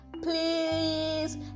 Please